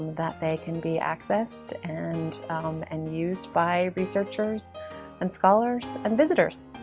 that they can be accessed and and used by researchers and scholars and visitors.